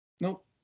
Nope